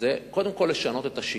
קודם כול לשנות את השיטה.